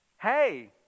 Hey